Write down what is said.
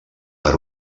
per